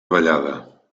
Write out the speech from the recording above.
vallada